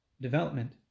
development